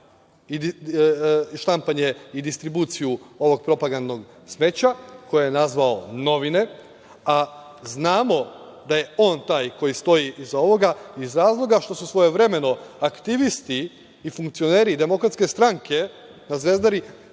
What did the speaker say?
štampanje i distribuciju ovog propagandnog smeća koje je nazvao novine, a znamo da je on taj koji stoji iza ovoga, iz razloga što su svojevremeno aktivisti i funkcioneri i DS na Zvezdari